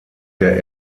der